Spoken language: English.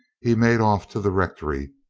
he made off to the rectory,